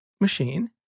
machine